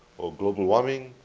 or global warming,